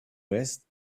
vest